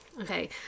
Okay